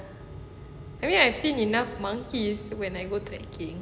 I mean I had seen enough monkeys when I go trekking